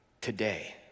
today